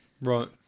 right